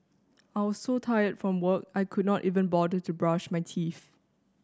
I was so tired from work I could not even bother to brush my teeth